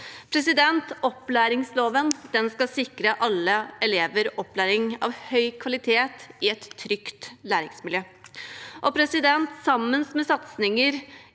Opplæringsloven skal sikre alle elever opplæring av høy kvalitet i et trygt læringsmiljø. Denne loven er, i kombinasjon med satsinger